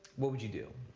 what would you do?